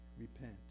Repent